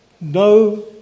no